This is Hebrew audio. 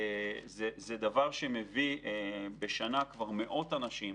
זה מביא בשנה מאות אנשים